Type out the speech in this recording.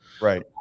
Right